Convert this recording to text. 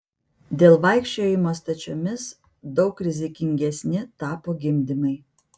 dėl vaikščiojimo stačiomis daug rizikingesni tapo gimdymai